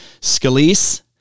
Scalise